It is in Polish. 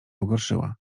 pogorszyła